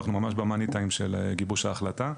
אנחנו ממש ב-money time של גיבוש ההחלטה.